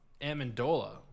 Amendola